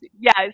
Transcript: yes